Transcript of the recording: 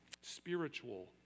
spiritual